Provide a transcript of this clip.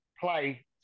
play